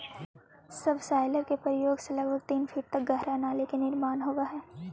subsoiler के प्रयोग से लगभग तीन फीट तक गहरा नाली के निर्माण होवऽ हई